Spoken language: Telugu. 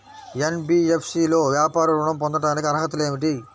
ఎన్.బీ.ఎఫ్.సి లో వ్యాపార ఋణం పొందటానికి అర్హతలు ఏమిటీ?